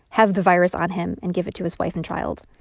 have the virus on him and give it to his wife and child